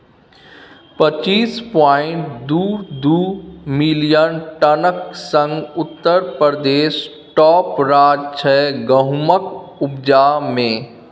पच्चीस पांइट दु दु मिलियन टनक संग उत्तर प्रदेश टाँप राज्य छै गहुमक उपजा मे